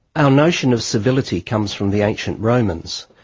our notion of civility comes from the ancient romans,